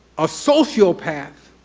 a sociopath